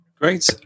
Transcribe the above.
Great